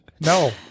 No